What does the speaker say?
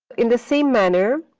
in the same manner,